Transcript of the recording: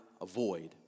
avoid